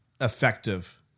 effective